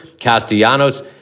Castellanos